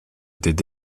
étaient